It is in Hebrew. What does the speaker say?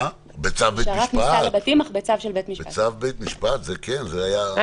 בצו בית משפט זה בסדר.